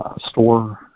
store